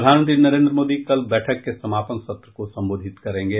प्रधानमंत्री नरेंद्र मोदी कल बैठक के समापन सत्र को सम्बोधित करेंगे